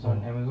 oh